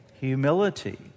Humility